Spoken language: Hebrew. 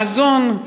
מזון,